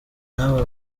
n’abo